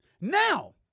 now